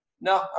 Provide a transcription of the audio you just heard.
no